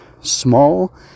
small